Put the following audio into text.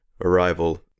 arrival